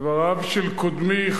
דבריו של קודמי,